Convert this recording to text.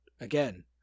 Again